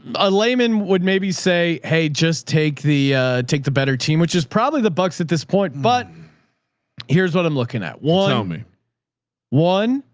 ah a layman would maybe say, hey, just take the take the better team, which is probably the bucks at this point. but here's what i'm looking at. one, ah one,